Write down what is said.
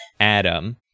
Adam